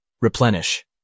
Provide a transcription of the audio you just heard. Replenish